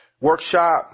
workshop